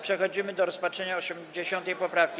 Przechodzimy do rozpatrzenia 80. poprawki.